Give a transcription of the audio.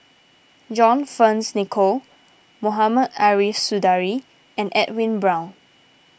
John Fearns Nicoll Mohamed Ariff Suradi and Edwin Brown